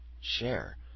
share